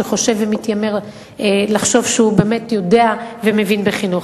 שחושב ומתיימר לחשוב שהוא באמת יודע ומבין בחינוך.